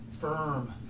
firm